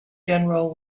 general